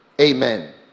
Amen